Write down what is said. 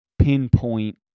pinpoint